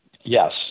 Yes